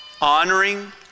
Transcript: honoring